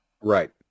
Right